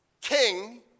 king